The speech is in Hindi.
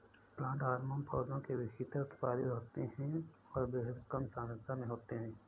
प्लांट हार्मोन पौधों के भीतर उत्पादित होते हैंऔर बेहद कम सांद्रता में होते हैं